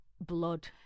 blood